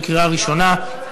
בקריאה ראשונה.